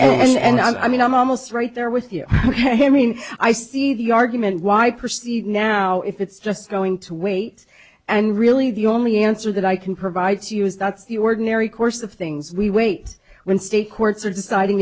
and i mean i'm almost right there with you i mean i see the argument why i perceive now if it's just going to wait and really the only answer that i can provide to you is that's the ordinary course of things we wait when state courts are deciding